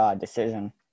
decision